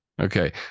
Okay